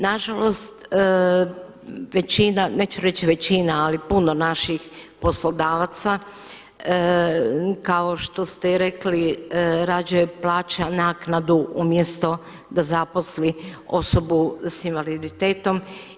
Na žalost većina, neću reći većina ali puno naših poslodavaca kao što ste i rekli rađe plaća naknadu umjesto da zaposli osobu sa invaliditetom.